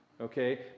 Okay